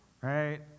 right